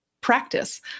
practice